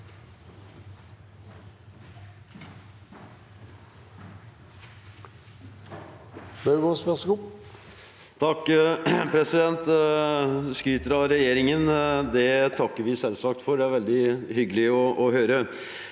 Representanten skryter av regjeringen. Det takker vi selvsagt for, det er veldig hyggelig å høre.